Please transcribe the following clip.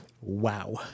Wow